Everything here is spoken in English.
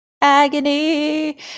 agony